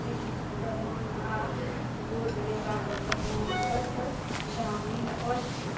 प्रमाण आओर गोद लेबाके प्रमाणपत्र शामिल अछि